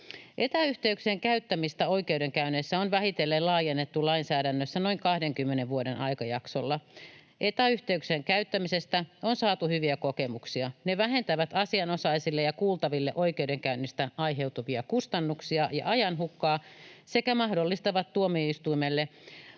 Etäyhteyksien käyttämistä oikeudenkäynneissä on vähitellen laajennettu lainsäädännössä noin 20 vuoden aikajaksolla. Etäyhteyksien käyttämisestä on saatu hyviä kokemuksia. Ne vähentävät asianosaisille ja kuultaville oikeudenkäynnistä aiheutuvia kustannuksia ja ajanhukkaa sekä mahdollistavat tuomioistuimelle